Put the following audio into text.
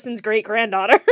great-granddaughter